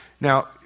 now